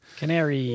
Canary